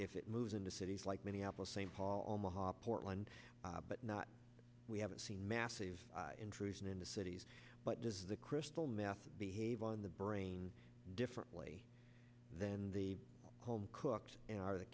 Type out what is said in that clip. if it moves into cities like minneapolis st paul maha portland but not we haven't seen massive intrusion into cities but does the crystal meth behave on the brain differently than the home cooked and are the